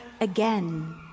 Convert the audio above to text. again